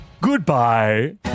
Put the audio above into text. Goodbye